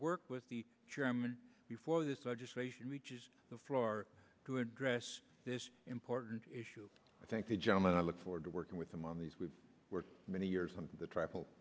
work with the chairman before this legislation reaches the floor to address this important issue i thank the gentleman i look forward to working with him on these we were many years on the travel